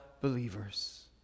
believers